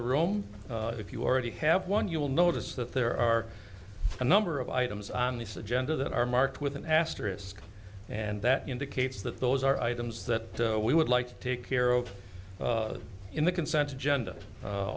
the room if you already have one you will notice that there are a number of items on the suggested that are marked with an asterisk and that indicates that those are items that we would like to take care of in the consent agenda